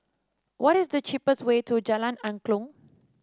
what is the cheapest way to Jalan Angklong